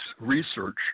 research